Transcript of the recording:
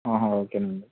okay అండి